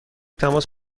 تماس